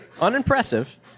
Unimpressive